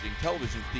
television